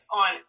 on